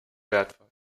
wertvoll